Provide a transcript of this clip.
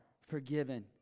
forgiven